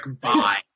bye